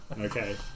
Okay